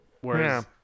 Whereas